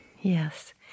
Yes